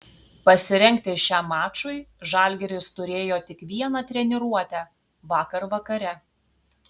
pasirengti šiam mačui žalgiris turėjo tik vieną treniruotę vakar vakare